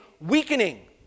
weakening